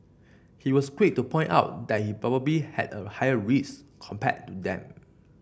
he was quick to point out that he probably had a higher risk compared to them